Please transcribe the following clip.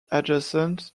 adjacent